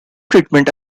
treatment